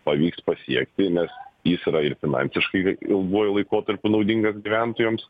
pavyks pasiekti nes jis yra ir finansiškai ilguoju laikotarpiu naudingas gyventojams